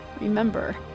Remember